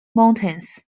mountains